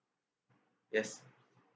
yes